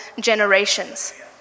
generations